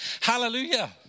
Hallelujah